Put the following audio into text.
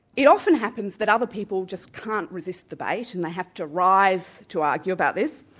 it often happens that other people just can't resist the bait and they have to rise to argue about this,